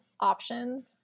option